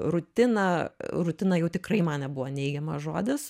rutina rutina jau tikrai man nebuvo neigiamas žodis